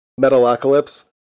metalocalypse